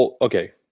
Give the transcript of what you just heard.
Okay